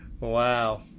Wow